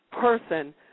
person